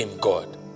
God